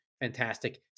fantastic